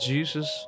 Jesus